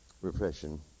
repression